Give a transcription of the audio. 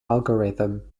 algorithm